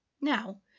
Now